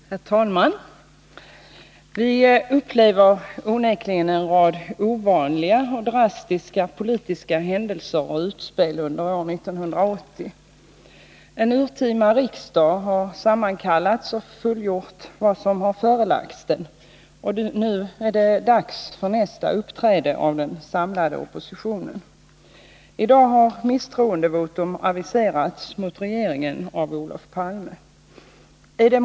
Herr talman! Vi upplever onekligen en rad ovanliga och drastiska politiska händelser och utspel under år 1980. En urtima riksdag har sammankallats och behandlat vad som har förelagts den. Nu är det dags för nästa uppträde av den samlade oppositionen. I dag har Olof Palme aviserat ett misstroendevotum mot regeringen.